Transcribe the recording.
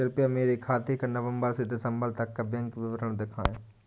कृपया मेरे खाते का नवम्बर से दिसम्बर तक का बैंक विवरण दिखाएं?